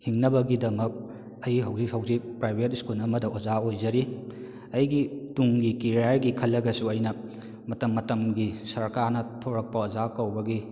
ꯍꯤꯡꯅꯕꯒꯤꯗꯃꯛ ꯑꯩ ꯍꯧꯖꯤꯛ ꯍꯧꯖꯤꯛ ꯄꯔꯥꯏꯚꯦꯠ ꯁ꯭ꯀꯨꯜ ꯑꯃꯗ ꯑꯣꯖꯥ ꯑꯣꯏꯖꯔꯤ ꯑꯩꯒꯤ ꯇꯨꯡꯒꯤ ꯀꯦꯔꯤꯌꯔꯒꯤ ꯈꯜꯂꯒꯁꯨ ꯑꯩꯅ ꯃꯇꯝ ꯃꯇꯝꯒꯤ ꯁꯔꯀꯥꯔꯅ ꯊꯣꯔꯛꯄ ꯑꯣꯖꯥ ꯀꯧꯕꯒꯤ